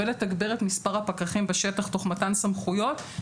ולתגבר את מספר הפקחים בשטח תוך מתן סמכויות.